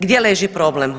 Gdje leži problem?